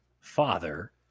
father